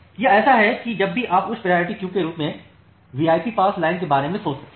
यह ऐसा है कि जब भी आप उच्च प्रायोरिटी क्यू के रूप में वीआईपी पास लाइन के बारे में सोच सकते हैं